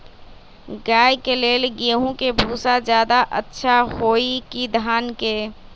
गाय के ले गेंहू के भूसा ज्यादा अच्छा होई की धान के?